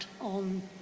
on